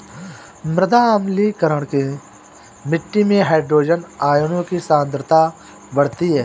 मृदा अम्लीकरण में मिट्टी में हाइड्रोजन आयनों की सांद्रता बढ़ती है